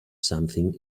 something